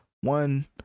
one